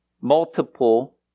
multiple